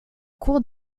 cour